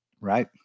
Right